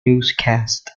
newscast